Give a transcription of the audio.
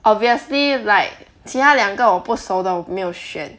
obviously like 其他两个我不熟的我没有选